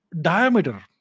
diameter